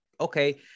okay